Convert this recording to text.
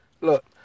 Look